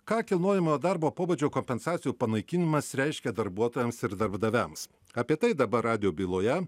ką kilnojamojo darbo pobūdžio kompensacijų panaikinimas reiškia darbuotojams ir darbdaviams apie tai dabar radijo byloje